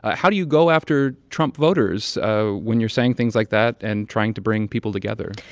how do you go after trump voters ah when you're saying things like that and trying to bring people together?